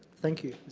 thank you.